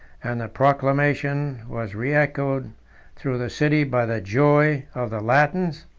and the proclamation was reechoed through the city by the joy of the latins,